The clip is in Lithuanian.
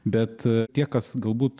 bet tie kas galbūt